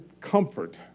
comfort